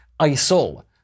ISIL